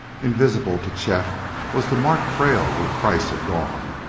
invisible to chet was the marked trail where kreiss had gone,